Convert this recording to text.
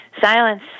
silence